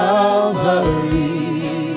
Calvary